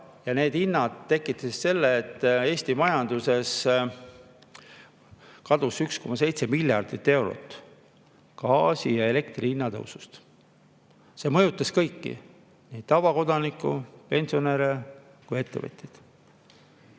Need hinnad tekitasid selle, et Eesti majandusest kadus 1,7 miljardit eurot gaasi ja elektri hinna tõusu tõttu. See mõjutas kõiki: nii tavakodanikke, pensionäre kui ka ettevõtjaid.